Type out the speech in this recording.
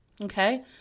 okay